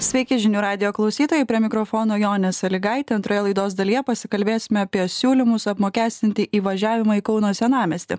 sveiki žinių radijo klausytojai prie mikrofono jonė salygaitė antroje laidos dalyje pasikalbėsime apie siūlymus apmokestinti įvažiavimą į kauno senamiestį